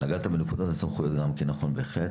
נגעת בנקודת הסמכויות; היא נכונה בהחלט,